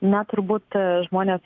na turbūt žmonės